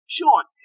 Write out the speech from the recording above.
Sean